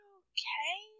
okay